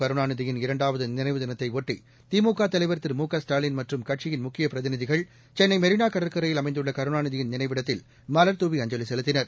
கருணாநிதியின் இரண்டாவது நினைவு தினத்தை ஒட்டி திமுக தலைவா் திரு மு க ஸ்டாலின் மற்றும் கட்சியின் முக்கிய பிரதிநிதிகள் சென்னை மெினா கடற்கரையில் அமைந்துள்ள கருணாநிதியின் நினைவிடத்தில் மலர்துவி அஞ்சலி செலுத்தினர்